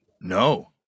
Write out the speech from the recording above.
No